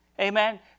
Amen